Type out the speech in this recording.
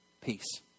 peace